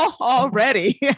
already